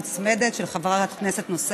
אכן, אחריי יש הצעה מוצמדת של חברת כנסת נוספת.